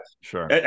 Sure